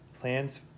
plans